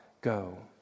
go